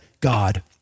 God